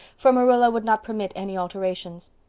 for marilla would not permit any alterations.